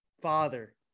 father